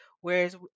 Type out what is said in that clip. whereas